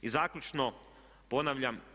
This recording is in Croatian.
I zaključno, ponavljam.